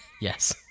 Yes